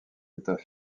états